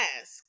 ask